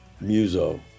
muso